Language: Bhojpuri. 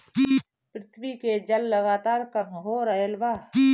पृथ्वी के जल लगातार कम हो रहल बा